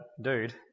dude